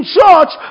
church